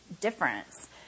difference